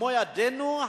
במו ידינו,